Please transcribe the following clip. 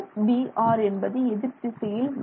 Br என்பது எதிர் திசையில் உள்ளது